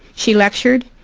she lectured.